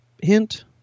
hint